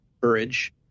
courage